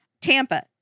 Tampa